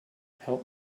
help